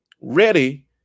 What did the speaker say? ready